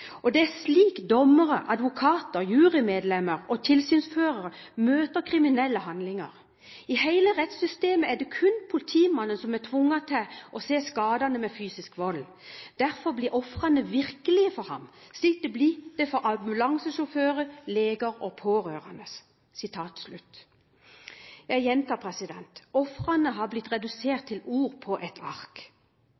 det er slik dommere, advokater, jurymedlemmer og tilsynsførere møter kriminelle handlinger. I hele rettssystemet er det kun politimannen som er tvunget til å se skadene ved fysisk vold. Derfor blir ofrene virkelige for ham, slik de blir det for ambulansesjåfører, leger og pårørende. Jeg gjentar: Ofrene har blitt redusert